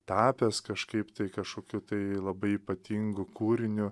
tapęs kažkaip tai kašokiu tai labai ypatingu kūriniu